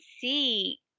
see